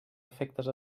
efectes